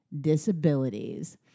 disabilities